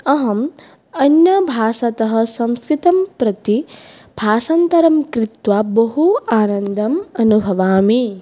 अहम् अन्यभाषातः संस्कृतं प्रति भाषान्तरं कृत्वा बहु आनन्दम् अनुभवामि